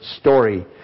story